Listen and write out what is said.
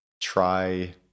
try